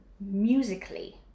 musically